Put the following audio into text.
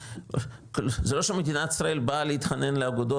זה לא שמדינת ישראל באה להתחנן לאגודות,